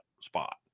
spot